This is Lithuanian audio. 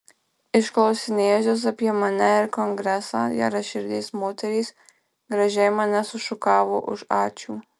išklausinėjusios apie mane ir kongresą geraširdės moterys gražiai mane sušukavo už ačiū